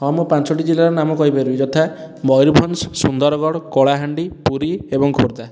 ହଁ ମୁଁ ପାଞ୍ଚୋଟି ଜିଲ୍ଲାର ନାମ କହିପାରିବି ଯଥା ମୟୂରଭଞ୍ଜ ସୁନ୍ଦରଗଡ଼ କଳାହାଣ୍ଡି ପୁରୀ ଏବଂ ଖୋର୍ଦ୍ଧା